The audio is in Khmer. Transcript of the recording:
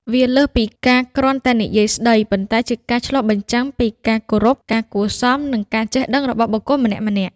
វាលើសពីការគ្រាន់តែនិយាយស្តី ប៉ុន្តែជាការឆ្លុះបញ្ចាំងពីការគោរព ការគួរសម និងការចេះដឹងរបស់បុគ្គលម្នាក់ៗ។